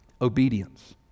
Obedience